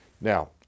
Now